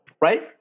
right